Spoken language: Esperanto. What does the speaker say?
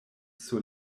sur